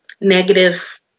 negative